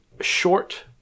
short